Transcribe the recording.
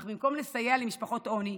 אך במקום לסייע למשפחות עוני,